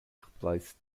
replaced